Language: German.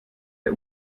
der